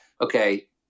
okay